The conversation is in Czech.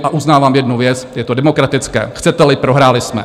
A uznávám jednu věc, je to demokratické, chceteli, prohráli jsme.